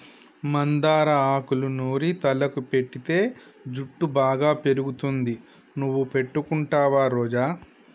మందార ఆకులూ నూరి తలకు పెటితే జుట్టు బాగా పెరుగుతుంది నువ్వు పెట్టుకుంటావా రోజా